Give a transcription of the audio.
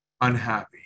unhappy